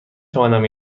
توانم